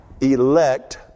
elect